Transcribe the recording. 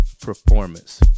performance